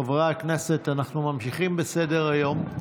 חברי הכנסת, אנחנו ממשיכים בסדר-היום.